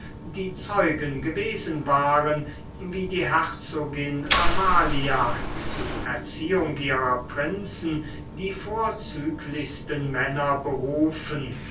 die zeugen gewesen waren wie die herzogin amalia zu erziehung ihrer prinzen die vorzüglichsten männer berufen